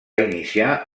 iniciar